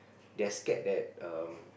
they're scared that um